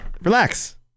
relax